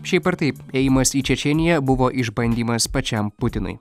šiaip ar taip ėjimas į čečėniją buvo išbandymas pačiam putinui